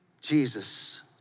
Jesus